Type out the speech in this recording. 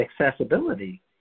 accessibility